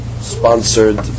sponsored